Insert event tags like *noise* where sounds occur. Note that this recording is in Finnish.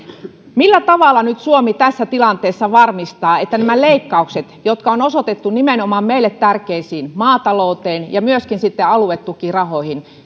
millä tavalla nyt suomi tässä tilanteessa varmistaa että nämä leikkaukset jotka on osoitettu nimenomaan meille tärkeisiin kohteisiin maatalouteen ja myöskin aluetukirahoihin *unintelligible*